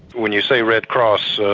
when you say red cross,